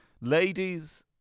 Ladies